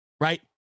right